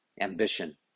ambition